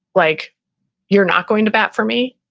like you're not going to bat for me,